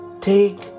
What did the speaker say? Take